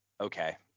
Okay